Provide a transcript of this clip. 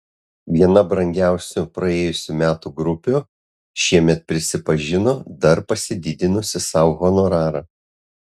viena brangiausių praėjusių metų grupių šiemet prisipažino dar pasididinusi sau honorarą